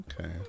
Okay